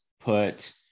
put